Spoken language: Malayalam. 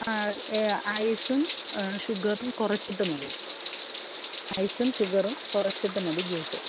ആ ഐസും ഷുഗറും കുറച്ചിട്ട് മതി ഐസും ഷുഗറും കുറച്ചിട്ട് മതി ജ്യൂസ്